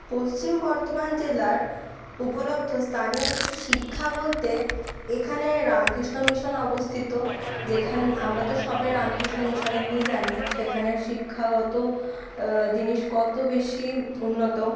পশ্চিম বর্ধমান জেলার উপলব্ধ স্থানীয় কিছু শিক্ষা বলতে এখানে রামকৃষ্ণ মিশন অবস্থিত যেখান আমরা তো সবাই রামকৃষ্ণ মিশনের নিয়ে জানি সেখানে শিক্ষাগত জিনিস কত বেশি উন্নত